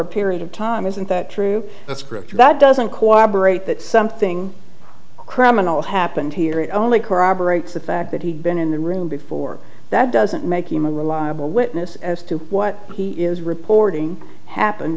a period of time isn't that true that scripture that doesn't cooperate that something criminal happened here it only corroborates the fact that he'd been in the room before that doesn't make him a reliable witness as to what he is reporting happened